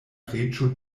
reĝo